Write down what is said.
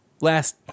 last